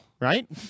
Right